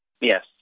Yes